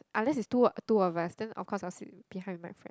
unless it's two two of us then of course I'll sit behind with my friend